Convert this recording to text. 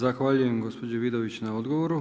Zahvaljujem gospođi Vidović na odgovoru.